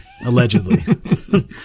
Allegedly